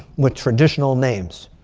with traditional names.